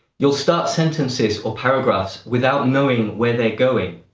you'll start sentences or paragraphs without knowing where they're going.